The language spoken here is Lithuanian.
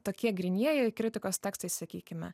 tokie grynieji kritikos tekstai sakykime